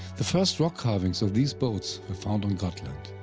the first rock carvings of these boats were found on gotland.